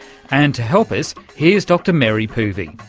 and to help us, here's dr mary poovey,